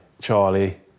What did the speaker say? Charlie